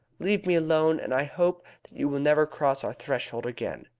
leave me alone, and i hope that you will never cross our threshold again.